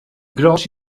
grows